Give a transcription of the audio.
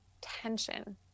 tension